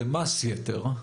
זה לא רווחי יתר,